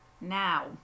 Now